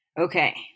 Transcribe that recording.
Okay